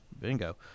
Bingo